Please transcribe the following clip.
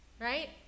right